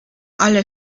alle